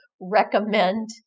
recommend